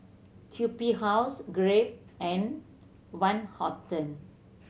Q B House Crave and Van Houten